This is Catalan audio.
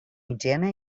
higiene